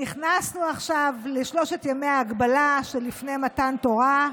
נכנסנו עכשיו לשלושת ימי ההגבלה שלפני מתן תורה,